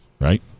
Right